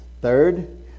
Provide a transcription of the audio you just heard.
Third